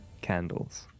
candles